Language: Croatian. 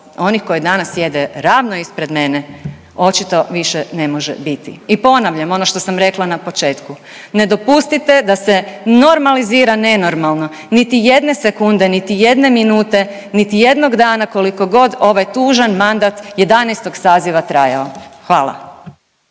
onih koji danas sjede ravno ispred mene očito više ne može biti. I ponavljam ono što sam rekla na početku. Ne dopustite da se normalizira nenormalno niti jedne sekunde, niti jedne minute, niti jednog dana koliko god ovaj tužan mandat 11. saziva trajao. Hvala.